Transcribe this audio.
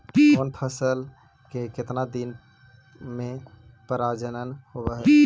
कौन फैसल के कितना दिन मे परजनन होब हय?